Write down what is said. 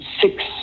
six